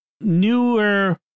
newer